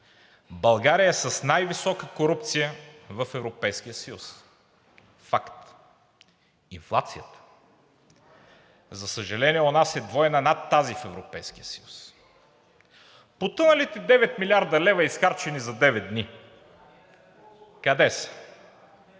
България е с най-висока корупция в Европейския съюз. Факт! Инфлацията – за съжаление, у нас е двойна над тази в Европейския съюз. Потъналите 9 млрд. лв., изхарчени за девет дни, къде са?